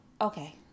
Okay